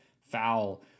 foul